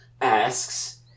asks